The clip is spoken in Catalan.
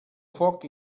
foc